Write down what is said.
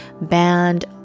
band